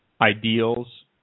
ideals